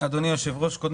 אדוני היושב-ראש, זאת